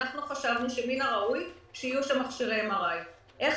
חשבנו שמן הראוי שיהיו שם מכשירי MRI. איך